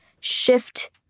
shift